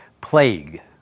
plague